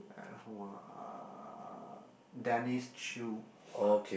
and who ah uh Dennis Chew